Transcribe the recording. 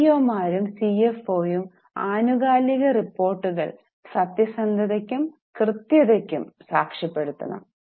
സിഇഒമാരും സിഎഫ്ഒയും ആനുകാലിക റിപ്പോർട്ടുകൾ സത്യസന്ധതയ്ക്കും കൃത്യതയ്ക്കും സാക്ഷ്യപ്പെടുത്തണം